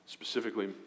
Specifically